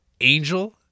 Angel